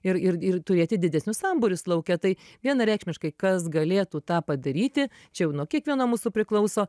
ir ir ir turėti didesnius sambūrius lauke tai vienareikšmiškai kas galėtų tą padaryti čia jau nuo kiekvieno mūsų priklauso